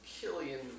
Killian